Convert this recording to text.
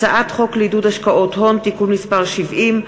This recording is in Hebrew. הצעת חוק לעידוד השקעות הון (תיקון מס' 70),